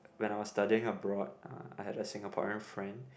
when I was studying abroad uh I had a Singaporean friend